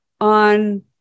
on